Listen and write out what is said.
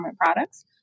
products